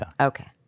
Okay